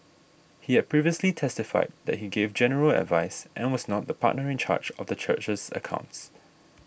he had previously testified that he gave general advice and was not the partner in charge of the church's accounts